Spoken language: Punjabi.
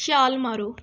ਛਾਲ ਮਾਰੋ